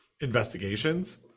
investigations